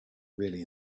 really